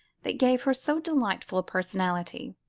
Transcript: that gave her so delightful a personality.